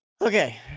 Okay